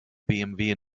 bmw